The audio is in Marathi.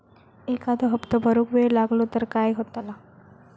एखादो हप्तो भरुक वेळ लागलो तर काय होतला?